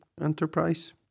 enterprise